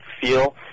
feel